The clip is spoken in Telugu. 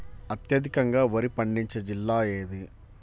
అత్యధికంగా వరి పండించే జిల్లా ఏది?